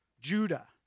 Judah